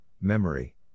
memory